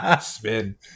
Spin